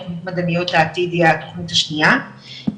תוכנית מדעניות העתיד היא התוכנית השנייה,